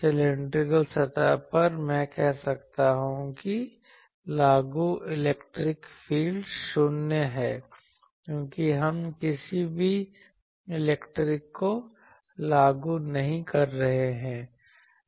cylindrical सतह पर मैं कह सकता हूं कि लागू इलेक्ट्रिक फील्ड शून्य है क्योंकि हम किसी भी इलेक्ट्रिक को लागू नहीं कर रहे हैं